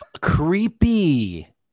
creepy